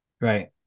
right